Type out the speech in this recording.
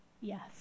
Yes